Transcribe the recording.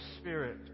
Spirit